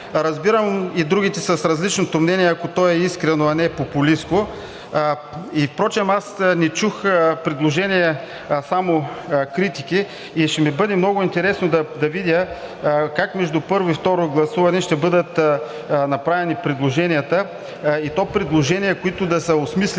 Разбирам и другите – с различното мнение, ако то е искрено, а не популистко. Впрочем не чух предложения, а само критики. Ще ми бъде много интересно да видя как между първо и второ гласуване ще бъдат направени предложенията, и то предложения, които да са осмислени,